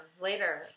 later